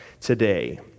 today